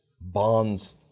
bonds